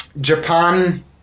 Japan